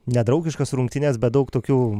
ne draugiškas rungtynes bet daug tokių